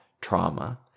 trauma